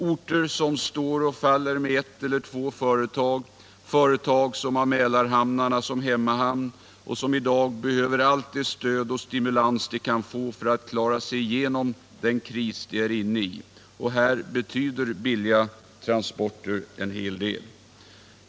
Orter som står och faller med ett eller två företag — företag som har Mälarhamnarna som hemmahamn och som i dag behöver allt det stöd och den stimulans de kan få för att klara sig igenom den kris de är inne i. Och här betyder billiga transporter en hel del.